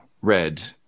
red